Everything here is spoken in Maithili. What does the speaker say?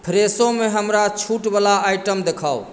फ्रेशोमे हमरा छूटवला आइटम देखाउ